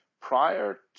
prior